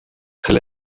elle